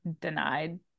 denied